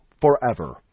forever